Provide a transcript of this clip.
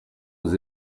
aux